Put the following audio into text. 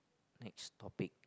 next topic